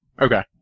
Okay